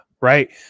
Right